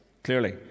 clearly